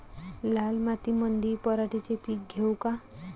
लाल मातीमंदी पराटीचे पीक घेऊ का?